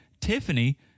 Tiffany